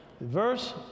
verse